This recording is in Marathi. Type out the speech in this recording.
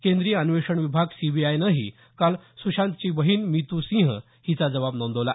केंद्रीय अन्वेषण विभाग सीबीआयनंही काल सुशांतची बहिण मितू सिंह हिचा जबाब नोंदवला